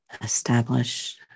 Establish